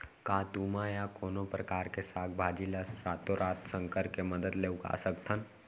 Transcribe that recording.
का तुमा या कोनो परकार के साग भाजी ला रातोरात संकर के मदद ले उगा सकथन?